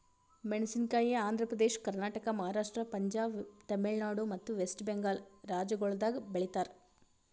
ಮೇಣಸಿನಕಾಯಿ ಆಂಧ್ರ ಪ್ರದೇಶ, ಕರ್ನಾಟಕ, ಮಹಾರಾಷ್ಟ್ರ, ಪಂಜಾಬ್, ತಮಿಳುನಾಡು ಮತ್ತ ವೆಸ್ಟ್ ಬೆಂಗಾಲ್ ರಾಜ್ಯಗೊಳ್ದಾಗ್ ಬೆಳಿತಾರ್